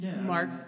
mark